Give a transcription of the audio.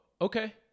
okay